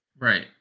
Right